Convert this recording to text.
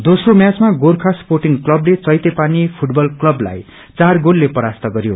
दोम्रो म्याचमा गोर्खा स्पोटिङ क्लबले चतैतेपानी फूटबल क्लबलाई चार गोलले परास्त गरयो